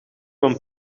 een